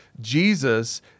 Jesus